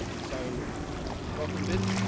so welcome, vince.